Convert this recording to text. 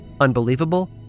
Unbelievable